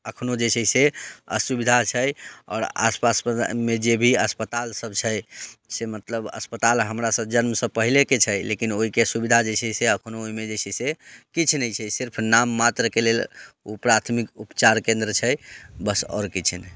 एखनो जे छै से असुविधा छै आओर आसपासमे जे भी अस्पतालसभ छै से मतलब अस्पताल हमरा जन्मसँ पहिलेके छै लेकिन ओहिके सुविधा जे छै एखनो किछु नहि छै सिर्फ नाम मात्रके लेल ओ प्राथमिक उपचार केन्द्र छै बस आओर किछु नहि